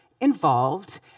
involved